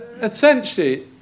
essentially